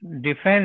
Defend